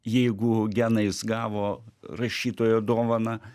jeigu genais gavo rašytojo dovaną